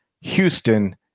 Houston